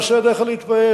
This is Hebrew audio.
מעשה ידיך להתפאר.